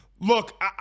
Look